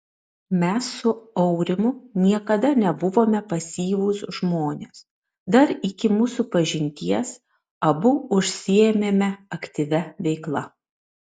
mes su aurimu niekada nebuvome pasyvūs žmonės dar iki mūsų pažinties abu užsiėmėme aktyvia veikla